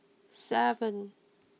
seven